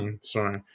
sorry